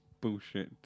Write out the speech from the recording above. bullshit